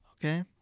Okay